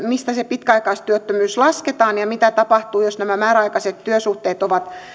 mistä se pitkäaikaistyöttömyys lasketaan ja mitä tapahtuu jos nämä määräaikaiset työsuhteet ovat